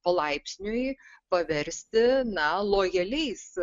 palaipsniui paversti na lojaliais